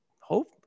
hope